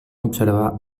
observar